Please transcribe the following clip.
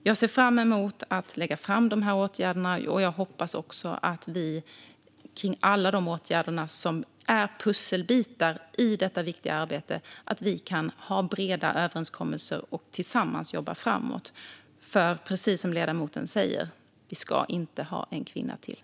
Jag ser fram emot att lägga fram dessa åtgärder, och jag hoppas att vi kan ha breda överenskommelser kring alla de åtgärder som är pusselbitar i detta viktiga arbete och tillsammans jobba framåt. För det är precis som ledamoten säger: Vi ska inte ha en kvinna till.